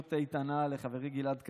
ובריאות איתנה לחברי גלעד קריב,